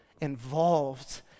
involved